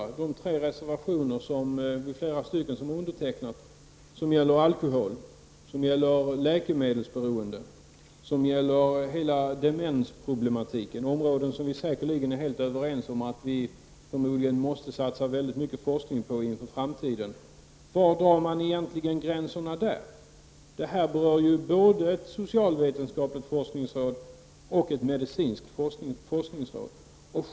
Det gäller alltså de tre reservationer som vi och flera i andra partier har undertecknat. Det handlar då om alkoholen, om läkemedelsberoendet och om hela demensproblematiken. Förmodligen är vi helt överens om att det för framtiden behövs mycket forskning på dessa områden. Men var går gränsen egentligen här? Både ett socialvetenskapligt forskningsråd och ett medicinskt forskningsråd berörs ju här.